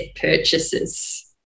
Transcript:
purchases